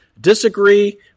disagree